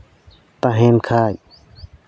ᱛᱟᱦᱮᱱ ᱠᱷᱟᱡ